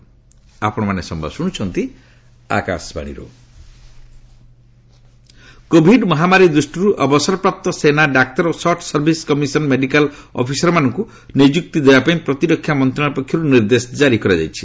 ସେନା ଡାକ୍ତର କୋଭିଡ ମହାମାରୀ ଦୃଷ୍ଟିରୁ ଅବସରପ୍ରାପ୍ତ ସେନା ଡାକ୍ତର ଓ ସଟ୍ ସର୍ଭିସ କମିଶନ ମେଡ଼ିକାଲ ଅଫିସରମାନଙ୍କୁ ନିଯୁକ୍ତି ଦେବା ପାଇଁ ପ୍ରତିରକ୍ଷା ମନ୍ତ୍ରଣାଳୟ ପକ୍ଷରୁ ନିର୍ଦ୍ଦେଶ କାରି କରାଯାଇଛି